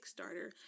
Kickstarter